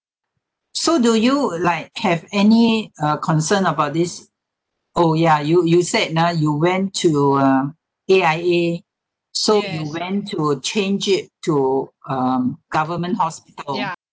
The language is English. so do you like have any uh concern about this oh ya you you said ah you went to um A_I_A so you went to change it to um government hospital